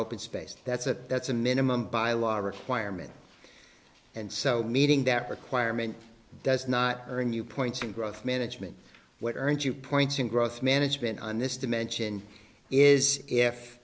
open space that's a that's a minimum by law requirement and so meeting that requirement does not earn you points in growth management what earns you points in growth management on this dimension is if